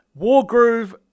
Wargroove